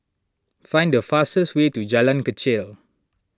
find the fastest way to Jalan Kechil